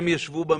ישבו בממשלה.